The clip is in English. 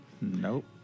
Nope